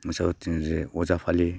मोसाथिङो जे अजा फालियो